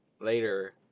later